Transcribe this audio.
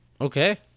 Okay